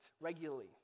regularly